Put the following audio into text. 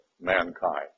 mankind